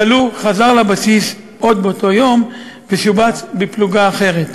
הכלוא חזר לבסיס עוד באותו היום ושובץ בפלוגה אחרת.